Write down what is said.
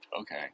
Okay